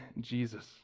Jesus